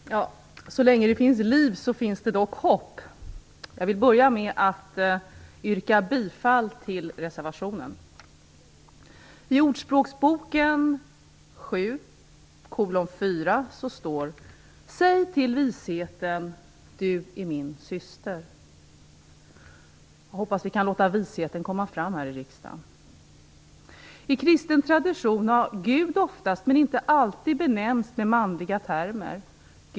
Herr talman! Så länge det finns liv finns det dock hopp. Jag vill börja med att yrka bifall till reservationen. I Ordspråksboken 7:4 står: Säg till visheten: Du är min syster. Jag hoppas att vi kan låta visheten komma fram här i riksdagen. I kristen tradition har Gud oftast, men inte alltid, benämnts med manliga termer.